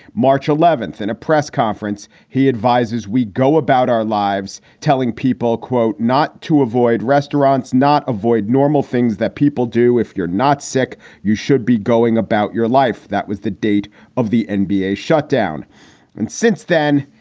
march eleventh, in a press conference, he advises, we go about our lives telling people, quote, not to avoid restaurants, not avoid normal things that people do. if you're not sick, you should be going about your life. that was the date of the and nba shut down. and since then,